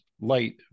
light